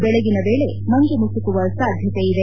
ಬೆಳಗಿನ ವೇಳೆ ಮಂಜು ಮುಸುಕುವ ಸಾಧ್ಯತೆ ಇದೆ